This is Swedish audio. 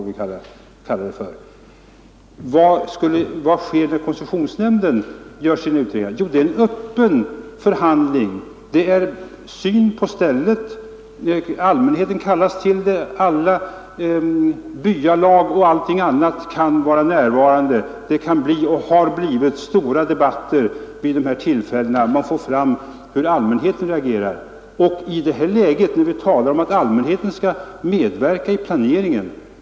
Vad sker när koncessionsnämnden gör sin utredning? Jo, det är fråga om en öppen förhandling. Man förrättar syn på stället, dit allmänheten kallas. Byalag och andra intressenter kan således vara närvarande. Det kan bli och har blivit stora debatter vid dessa tillfällen, varvid allmänhetens reaktioner kommer till uttryck. Vi talar i dag annars så mycket om att allmänheten skall medverka i planeringen.